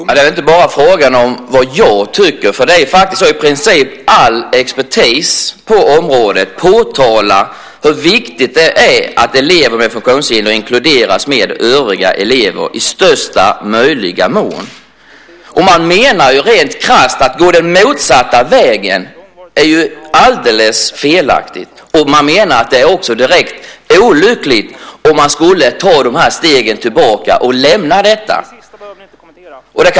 Herr talman! Det är inte bara fråga om vad jag tycker. I princip all expertis på området påtalar hur viktigt det är att elever med funktionshinder inkluderas med övriga elever i största möjliga mån. Man menar rent krasst att det är alldeles felaktigt att gå den motsatta vägen. Man menar att det också är direkt olyckligt om man skulle ta stegen tillbaka och lämna detta.